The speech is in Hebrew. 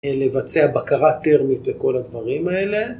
לבצע בקרה תרמית וכל הדברים האלה.